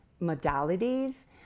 modalities